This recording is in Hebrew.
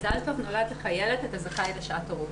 מזל טוב, נולד לך ילד, אתה זכאי לשעת הורות.